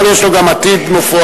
אבל יש לו גם עתיד מפואר.